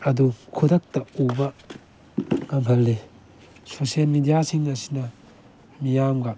ꯑꯗꯨ ꯈꯨꯗꯛꯇ ꯎꯕ ꯉꯝꯍꯜꯂꯤ ꯁꯣꯁꯤꯌꯦꯜ ꯃꯦꯗꯤꯌꯥꯁꯤꯡ ꯑꯁꯤꯅ ꯃꯤꯌꯥꯝꯒ